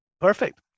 Perfect